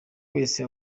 wese